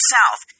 South